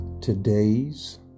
Today's